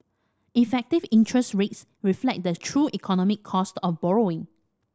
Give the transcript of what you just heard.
effective interest rates reflect the true economic cost of borrowing